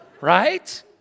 Right